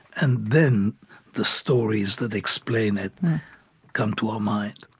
and then the stories that explain it come to our mind.